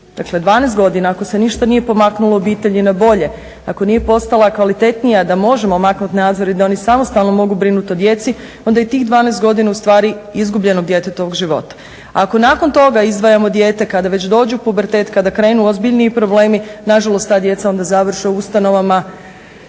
Dakle, 12 godina ako se ništa nije pomaknulo u obitelji na bolje, ako nije postala kvalitetnija da možemo maknuti nadzor i da oni samostalno mogu brinut o djeci onda i tih 12 godina u stvari izgubljenog djetetovog života. Ako nakon toga izdvajamo dijete kada već dođe u pubertet, kada krenu ozbiljniji problemi na žalost ta djeca onda završe u ustanovama